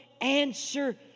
answer